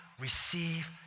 receive